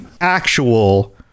actual